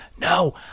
no